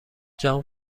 جان